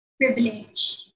privilege